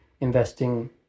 investing